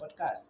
podcast